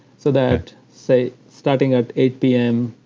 so that say starting at eight p m.